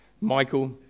Michael